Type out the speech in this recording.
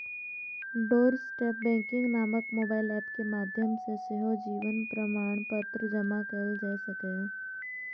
doorstep banking नामक mobile app के माध्यम सं सेहो जीवन प्रमाणपत्र जमा कैल जा सकैए